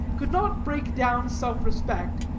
could not break down self-respect,